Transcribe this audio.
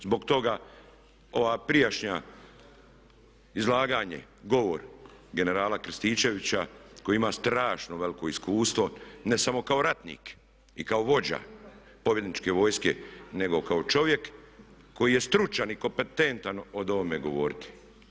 Zbog toga ovo prijašnje izlaganje, govor generala Krstičevića koji ima strašno veliko iskustvo ne samo kao ratnik i kao vođa pobjedničke vojske nego kao čovjek koji je stručan i kompetentan o ovome govoriti.